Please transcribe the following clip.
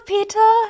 Peter